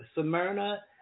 Smyrna